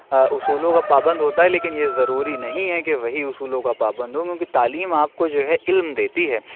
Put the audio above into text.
اصولوں کا پابند ہوتا ہے لیکن یہ ضروری نہیں ہے کہ وہی اصولوں کا پابند ہو کیوں کہ تعلیم آپ کو جو ہے علم دیتی ہے